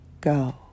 go